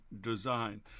design